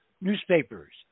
newspapers